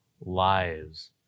lives